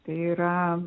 tai yra